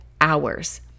hours